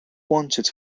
wanted